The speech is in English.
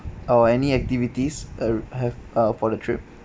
or any activities err have uh for the trip